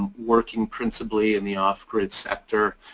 working principally in the off-grid sector.